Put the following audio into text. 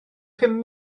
pum